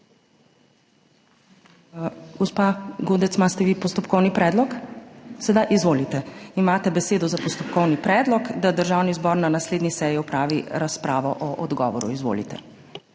Gospa Godec, imate vi postopkovni predlog? Izvolite, imate besedo za postopkovni predlog, da Državni zbor na naslednji seji opravi razpravo o odgovoru. Izvolite.